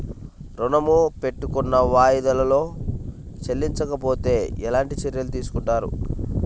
ఋణము పెట్టుకున్న వాయిదాలలో చెల్లించకపోతే ఎలాంటి చర్యలు తీసుకుంటారు?